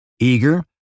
eager